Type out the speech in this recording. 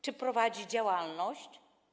Czy prowadzi działalność?